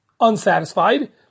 unsatisfied